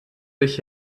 sich